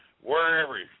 Wherever